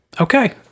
Okay